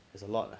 it's a lot lah